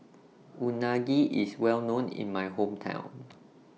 Unagi IS Well known in My Hometown